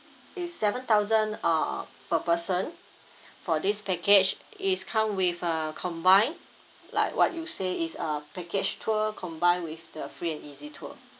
is seven thousand uh per person for this package is come with uh combine like what you say is a package tour combined with the free and easy tour